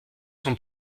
son